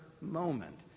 moment